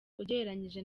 ugereranyije